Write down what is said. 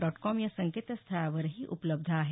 dot com या संकेतस्थळावरही उपलब्ध आहे